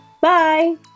Bye